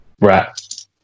Right